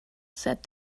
said